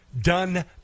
Done